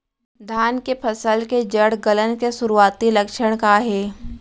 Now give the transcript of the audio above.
धान के फसल के जड़ गलन के शुरुआती लक्षण का हे?